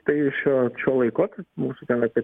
tai šiuo šiuo laikotarpiu mūsų ten apie